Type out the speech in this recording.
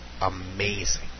amazing